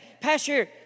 Pastor